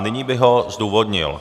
Nyní bych ho zdůvodnil.